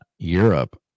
Europe